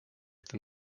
than